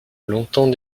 longtemps